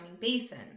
basin